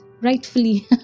rightfully